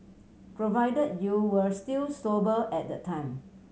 provided you were still sober at the time